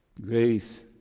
Grace